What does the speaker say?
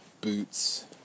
boots